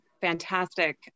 fantastic